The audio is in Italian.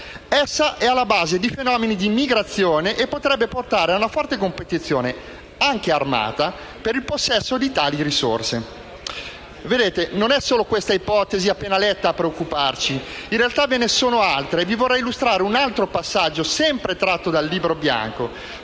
Essa è alla base di fenomeni di migrazione e potrebbe portare a una forte competizione, anche armata, per il possesso di tali risorse». Non è solo questa ipotesi appena letta a preoccuparci. In realtà, ve ne sono altre e vorrei illustrarvi un altro passaggio, sempre tratto dal Libro bianco.